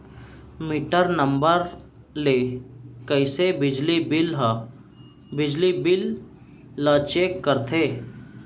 Metre number ले कइसे बिजली बिल ल चेक करथे?